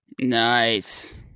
Nice